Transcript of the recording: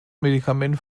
medikament